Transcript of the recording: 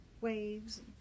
waves